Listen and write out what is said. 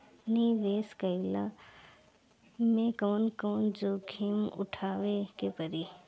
निवेस कईला मे कउन कउन जोखिम उठावे के परि?